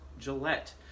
Gillette